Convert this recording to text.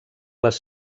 les